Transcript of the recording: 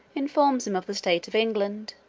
informs him of the state of england.